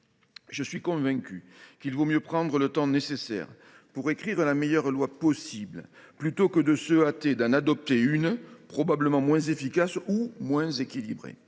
J’en suis convaincu : mieux vaut prendre le temps nécessaire pour concevoir la meilleure loi possible plutôt que de se hâter et d’adopter un texte probablement moins efficace ou moins équilibré.